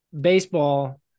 baseball